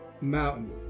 mountain